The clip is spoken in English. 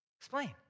Explain